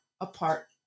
apart